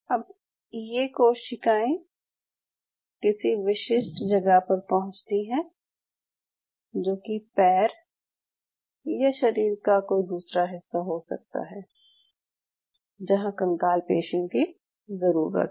अब ये कोशिकाएं किसी विशिष्ट जगह पर पहुँचती हैं जो कि पैर या शरीर का कोई दूसरा हिस्सा हो सकता है जहाँ कंकाल पेशियों की ज़रूरत हो